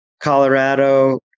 Colorado